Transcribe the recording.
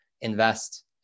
invest